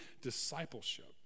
discipleship